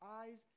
eyes